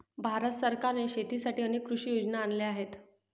भारत सरकारने शेतीसाठी अनेक कृषी योजना आणल्या आहेत